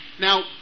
Now